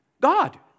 God